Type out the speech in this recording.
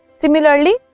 Similarly